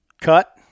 cut